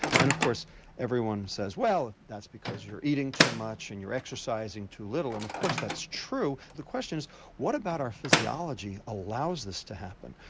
and of course everyone says well, that's because you're eating too much, and you're exercising too little and of course that's true. but the question is what about our physiology allows this to happen,